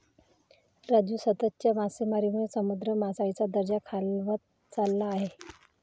राजू, सततच्या मासेमारीमुळे समुद्र मासळीचा दर्जा खालावत चालला आहे